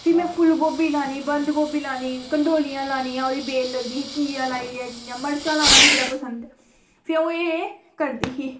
फ्ही में फुल्ल गोभी लानी बंद गोभी लानी कंढोलियां लानियां ओह्दी बेल लगदी घीया लाई लेआ मरचां लाना मिगी बड़ा पसंद ऐ फ्ही अ'ऊं एह् एह् करदी ही